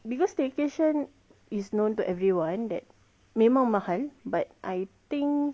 because staycation is known to everyone that memang mahal but I think